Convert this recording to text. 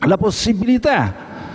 la possibilità